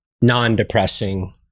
non-depressing